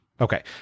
Okay